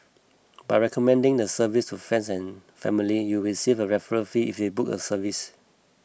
by recommending the service to friends and family you will receive a referral fee if they book a service